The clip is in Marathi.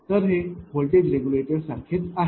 तर हे व्होल्टेज रेग्युलेटर सारखे आहे